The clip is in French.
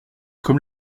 comme